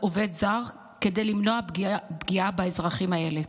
עובד זר כדי למנוע פגיעה באזרחים האלה.